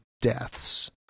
deaths